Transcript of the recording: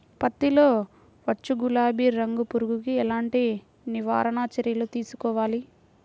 పత్తిలో వచ్చు గులాబీ రంగు పురుగుకి ఎలాంటి నివారణ చర్యలు తీసుకోవాలి?